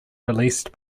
released